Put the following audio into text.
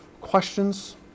Questions